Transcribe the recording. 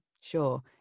Sure